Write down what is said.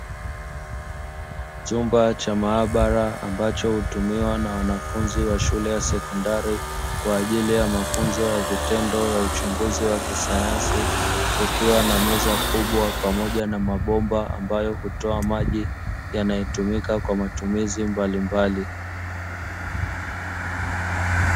Chumba cha maabara, ambacho hutumiwa na wanafunzi wa shule ya sekondari, kwa ajili ya mafunzo ya vitendo ya uchunguzi wa kisayansi, kukiwa na meza kubwa pamoja na mabomba, ambayo hutoa maji yanayotumika kwa matumizi mbalimbali.